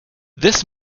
this